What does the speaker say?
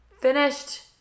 finished